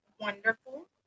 wonderful